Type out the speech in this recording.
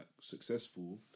successful